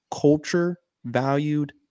culture-valued